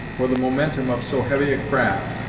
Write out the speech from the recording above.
for the momentum of so heavy a craft,